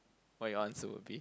what your answer would be